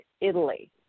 italy